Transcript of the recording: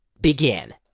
Begin